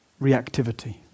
reactivity